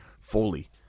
fully